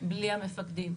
בלי המפקדים,